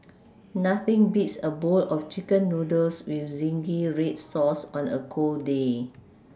nothing beats a bowl of chicken noodles with zingy red sauce on a cold day